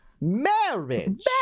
marriage